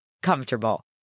Comfortable